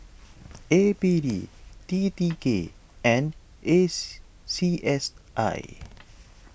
A P D T T K and s C S I